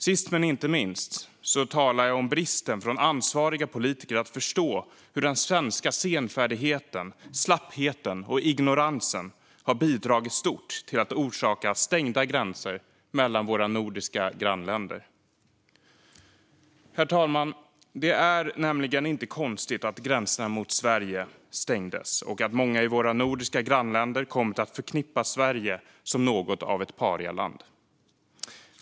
Sist men inte minst talar jag om bristen från ansvariga politiker när det gäller att förstå hur den svenska senfärdigheten, slappheten och ignoransen har bidragit stort till att orsaka stängda gränser mellan våra nordiska grannländer. Herr talman! Det är nämligen inte konstigt att gränserna mot Sverige stängdes och att många i våra nordiska grannländer kommit att se på Sverige som något av ett parialand.